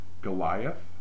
Goliath